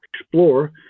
explore